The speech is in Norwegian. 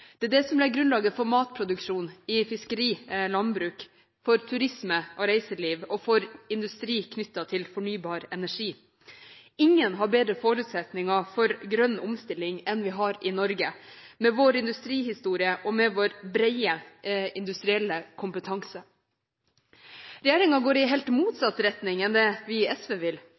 Det er det som legger grunnlaget for matproduksjonen i fiskeri og landbruk, for turisme og reiseliv og for industri knyttet til fornybar energi. Ingen har bedre forutsetninger for grønn omstilling enn vi har i Norge, med vår industrihistorie og vår brede industrielle kompetanse. Regjeringen går i helt motsatt retning av den vi i SV vil